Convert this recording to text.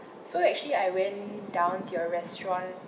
so actually I went down to your restaurant